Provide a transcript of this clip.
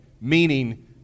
meaning